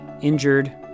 injured